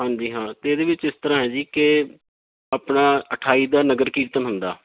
ਹਾਂਜੀ ਹਾਂ ਅਤੇ ਇਹਦੇ ਵਿੱਚ ਇਸ ਤਰ੍ਹਾਂ ਏ ਜੀ ਕਿ ਆਪਣਾ ਅਠਾਈ ਦਾ ਨਗਰ ਕੀਰਤਨ ਹੁੰਦਾ